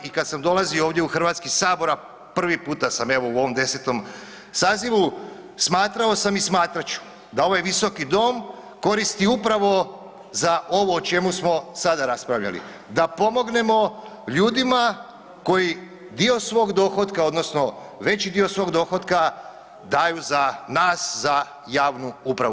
I kada sam dolazio ovdje u Hrvatski sabor, a prvi puta sam evo o ovom desetom sazivu, smatrao sam i smatrat ću da ovaj Visoki dom koristi upravo za ovo o čemu smo sada raspravljali, da pomognemo ljudima koji dio svog dohotka, odnosno veći dio svog dohotka daju za nas za javnu upravu.